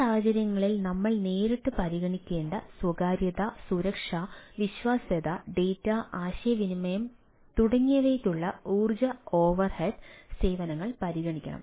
ഈ സാഹചര്യങ്ങളിൽ നമ്മൾ നേരിട്ട് പരിഗണിക്കാത്ത സ്വകാര്യത സുരക്ഷ വിശ്വാസ്യത ഡാറ്റ ആശയവിനിമയം തുടങ്ങിയവയ്ക്കുള്ള ഊർജ്ജ ഓവർഹെഡ് സേവനങ്ങൾ പരിഗണിക്കണം